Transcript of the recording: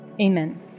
Amen